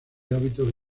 hábito